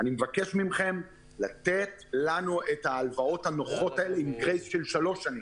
אני מבקש מכם לתת לנו את ההלוואות עם גרייס של שלוש שנים,